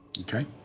Okay